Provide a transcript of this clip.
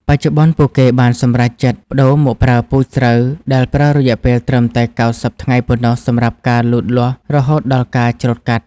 បច្ចុប្បន្ន ពួកគេបានសម្រេចចិត្តប្តូរមកប្រើពូជស្រូវដែលប្រើរយៈពេលត្រឹមតែ ៩០ ថ្ងៃប៉ុណ្ណោះសម្រាប់ការលូតលាស់រហូតដល់ការច្រូតកាត់។